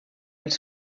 els